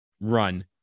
run